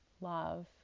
love